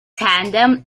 tandem